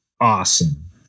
awesome